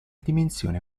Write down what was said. dimensione